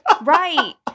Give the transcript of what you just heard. Right